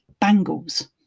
bangles